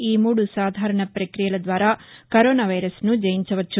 ఈ మూడు సాధారణ ప్రక్రియల ద్వారా కరోనా వైరస్ను జయించవచ్చు